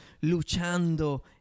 luchando